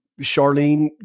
Charlene